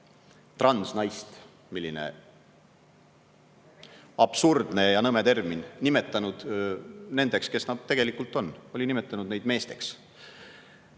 transnaist – milline absurdne ja nõme termin! – nimetanud nendeks, kes nad tegelikult on, oli nimetanud neid meesteks.